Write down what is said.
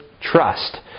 trust